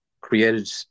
created